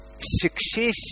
success